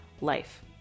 life